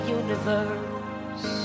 universe